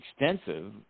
extensive